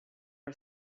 are